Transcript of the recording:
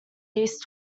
east